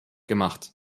gemacht